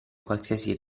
qualsiasi